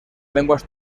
lenguas